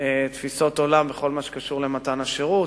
תפיסות עולם בכל מה שקשור למתן השירות.